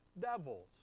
devils